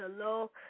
hello